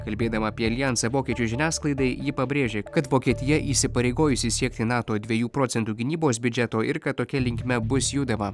kalbėdama apie aljansą vokiečių žiniasklaidai ji pabrėžė kad vokietija įsipareigojusi siekti nato dviejų procentų gynybos biudžeto ir kad tokia linkme bus judama